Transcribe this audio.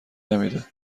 نمیده